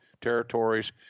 territories